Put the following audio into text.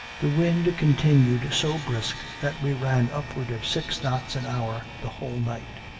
the wind continued so brisk that we ran upward of six knots an hour the whole night.